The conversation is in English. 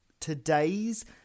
today's